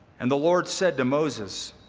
and the lord said to moses,